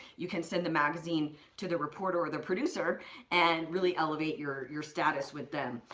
you can send the magazine to the reporter or the producer and really elevate your your status with them.